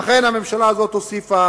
אכן, הממשלה הזאת הוסיפה